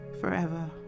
forever